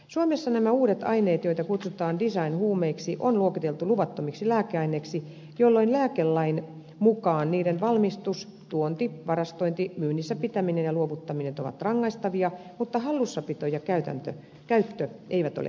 suomessa nämä uudet aineet joita kutsutaan design huumeiksi on luokiteltu luvattomiksi lääkeaineiksi jolloin lääkelain mukaan niiden valmistus tuonti varastointi myynnissä pitäminen ja luovuttaminen ovat rangaistavia mutta hallussapito ja käyttö eivät ole kiellettyjä